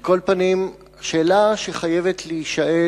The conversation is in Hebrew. על כל פנים, יש שאלה שחייבת להישאל: